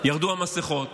ירדו המסכות.